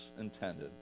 intended